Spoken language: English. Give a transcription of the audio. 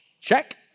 check